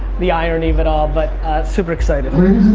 the irony of it all, but super excited.